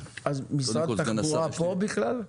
משרד התחבורה פה בכלל?